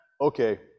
okay